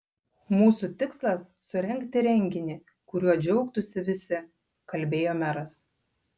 mūsų tikslas surengti renginį kuriuo džiaugtųsi visi kalbėjo meras